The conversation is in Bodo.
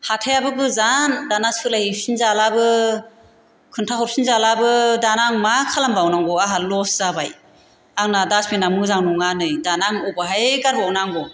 हाथाइयाबो गोजान दाना सोलाइ हैफिन जालाबो खोन्था हरफिन जालाबो दाना आं मा खालामबावनांगौ आंहा लस जाबाय आंना दासबिना मोजां नङा नै दाना आं अबावहाइ गारबाव नांगौ